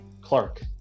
Clark